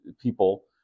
people